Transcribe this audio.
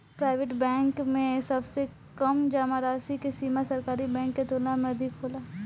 private bank में सबसे कम जामा राशि के सीमा सरकारी बैंक के तुलना में अधिक होला